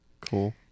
cool